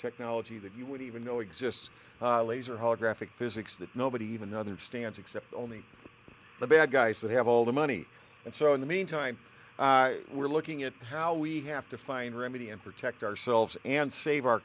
technology that you would even know exists or holographic physics that nobody even other stans except only the bad guys that have all the money and so in the meantime we're looking at how we have to find remedy and protect ourselves and save our